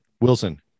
Wilson